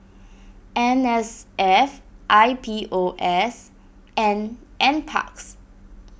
M S F I P O S and NParks